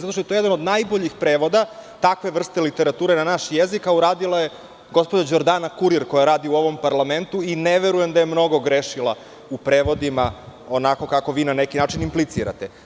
Zato što je to jedan od najboljih prevoda takve vrste literature na naš jezik, a uradila je gospođa Đordana Kurir, koja radi u ovom parlamentu i ne verujem da je mnogo grešila u prevodima, onako kako vi na neki način implicirate.